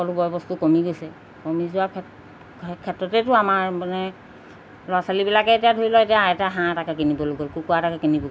সকলো বয় বস্তু কমি গৈছে কমি যোৱাৰ ক্ষে ক্ষেত্ৰতেতো আমাৰ মানে ল'ৰা ছোৱালীবিলাকে এতিয়া ধৰি লওঁক এতিয়া আইতা হাঁহ এটাকে কিনিবলৈ গ'ল কুকুৰা এটাকে কিনিব